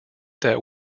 that